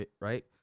right